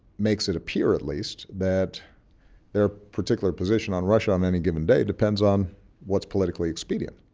makes it appear at least, that their particular position on russia on any given day depends on what's politically expedient.